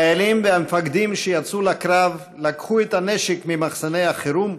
החיילים והמפקדים שיצאו לקרב לקחו את הנשק ממחסני החירום,